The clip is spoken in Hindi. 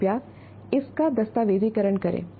कृपया इसका दस्तावेजीकरण करें